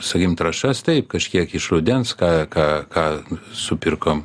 sakykim trąšas taip kažkiek iš rudens ką ką ką supirkom